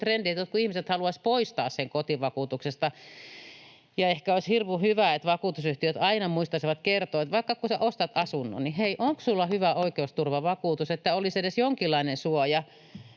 jotkut ihmiset haluaisivat poistaa sen kotivakuutuksesta. Ehkä olisi hirmu hyvä, että vakuutusyhtiöt aina muistaisivat kertoa, että kun sinä vaikka ostat asunnon, niin hei, onko sinulla hyvä oikeusturvavakuutus, että olisi edes jonkinlainen suoja